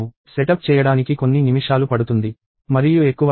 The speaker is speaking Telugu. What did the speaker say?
సెటప్ చేయడానికి కొన్ని నిమిషాలు పడుతుంది మరియు ఎక్కువ కాదు